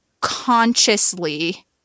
consciously